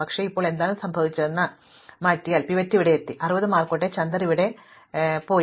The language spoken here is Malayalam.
പക്ഷേ ഇപ്പോൾ എന്താണ് സംഭവിച്ചതെന്ന് മാറ്റിയാൽ പിവറ്റ് ഇവിടെയെത്തി 60 മാർക്കോടെ ചന്ദർ ഇവിടെ പോയി